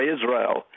Israel